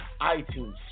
iTunes